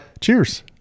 Cheers